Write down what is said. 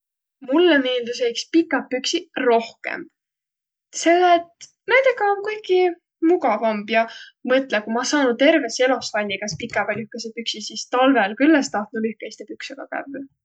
Mullõ miildüseq iks pikäq püksiq rohkõmb, selle et näidega om kuiki mugavamb, ja mõtlõq, ku ma saanuq terves elos valliq, kas pikäq vai lühkeseq püksiq, sis talvõl küll es tahtnuq lühkeiside püksega kävvüq.